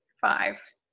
Five